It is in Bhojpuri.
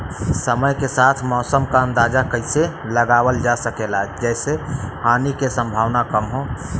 समय के साथ मौसम क अंदाजा कइसे लगावल जा सकेला जेसे हानि के सम्भावना कम हो?